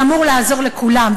שאמור לעזור לכולם,